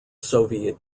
soviet